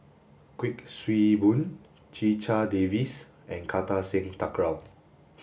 Kuik Swee Boon Checha Davies and Kartar Singh Thakral